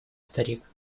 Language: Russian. старик